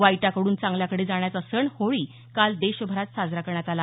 वाईटाकडून चांगल्याकडे जाण्याचा सण होळी काल देशभरात साजरा करण्यात आला